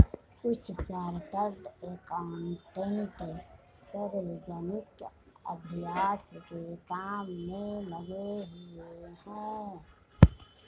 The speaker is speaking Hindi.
कुछ चार्टर्ड एकाउंटेंट सार्वजनिक अभ्यास के काम में लगे हुए हैं